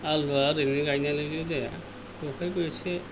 आलुवा ओरैनो गायनायावलाय जेबो जाया बेवहायबो एसे